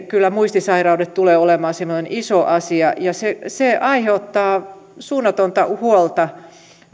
kyllä muistisairaudet tulevat olemaan semmoinen iso asia se se aiheuttaa suunnatonta huolta